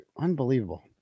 unbelievable